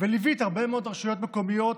וליווית הרבה מאוד רשויות מקומיות,